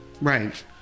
right